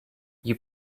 you